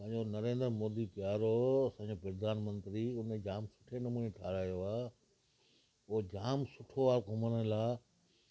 असांजो नरेंद्र मोदी प्यारो मुंहिंजो प्रधानमंत्री उन जाम सुठे नमूने ठाहिरायो आहे उहो जाम सुठो आहे घुमण लाइ